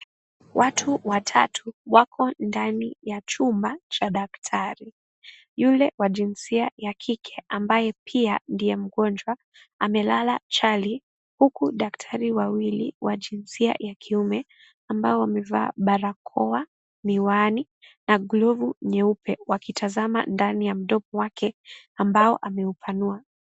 Watu watatu wako ndani ya jumba cha daktari yule wa jinsia ya kike ambaye pia ndiye mgonjwa amelala chali huku daktari wawili wa jinsia ya kiume ambao wamevaa barakoa , miwani na glovu nyeupe wakitazama ndani ya mdomo wake ambaye ameupanua.